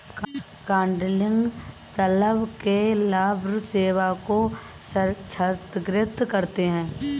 codling शलभ के लार्वे सेब को क्षतिग्रस्त करते है